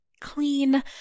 clean